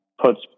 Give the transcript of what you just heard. Puts